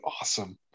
awesome